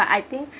but I think